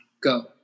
Go